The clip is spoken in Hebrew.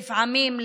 לפעמים,